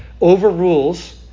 overrules